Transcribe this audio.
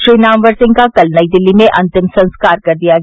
श्री नामवर सिंह का कल नई दिल्ली में अंतिम संस्कार कर दिया गया